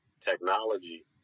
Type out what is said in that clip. technology